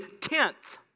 tenth